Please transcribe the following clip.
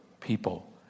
people